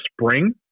spring